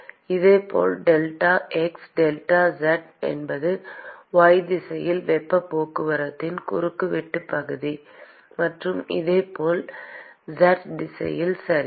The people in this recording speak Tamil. இதேபோல் டெல்டா x டெல்டா z என்பது y திசையில் வெப்பப் போக்குவரத்தின் குறுக்குவெட்டுப் பகுதி மற்றும் இதேபோல் z திசையில் சரி